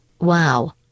Wow